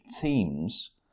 teams